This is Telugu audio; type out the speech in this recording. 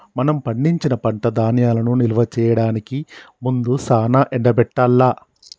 మనం పండించిన పంట ధాన్యాలను నిల్వ చేయడానికి ముందు సానా ఎండబెట్టాల్ల